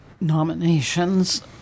nominations